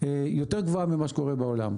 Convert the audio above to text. יותר גבוהה ממה שקורה בעולם.